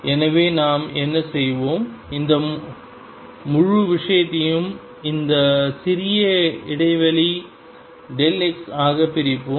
எனவே நாம் என்ன செய்வோம் இந்த முழு விஷயத்தையும் சிறிய இடைவெளி x ஆக பிரிப்போம்